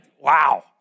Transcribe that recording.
wow